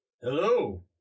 Hello